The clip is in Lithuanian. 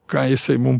ką jisai mum